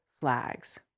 flags